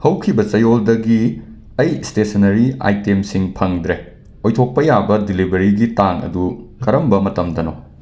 ꯍꯧꯈꯤꯕ ꯆꯌꯣꯜꯗꯒꯤ ꯑꯩ ꯁ꯭ꯇꯦꯁꯅꯔꯤ ꯑꯥꯏꯇꯦꯝꯁꯤꯡ ꯐꯪꯗ꯭ꯔꯦ ꯑꯣꯏꯊꯣꯛꯄ ꯌꯥꯕ ꯗꯤꯂꯤꯕꯔꯤꯒꯤ ꯇꯥꯡ ꯑꯗꯨ ꯀꯔꯝꯕ ꯃꯇꯝꯗꯅꯣ